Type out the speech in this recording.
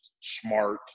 smart